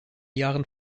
jahren